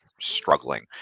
struggling